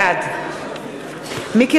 בעד מיקי